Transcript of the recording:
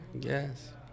Yes